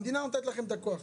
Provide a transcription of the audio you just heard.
המדינה נותנת להם את הכוח.